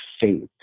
faith